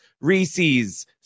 Reese's